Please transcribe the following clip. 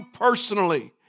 personally